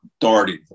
darting